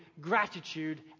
gratitude